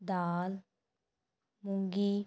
ਦਾਲ ਮੂੰਗੀ